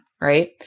Right